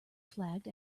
flagged